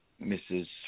Mrs